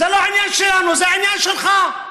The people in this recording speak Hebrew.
זה לא עניין שלנו, זה עניין שלך.